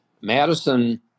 Madison